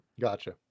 Gotcha